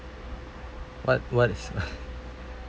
what what is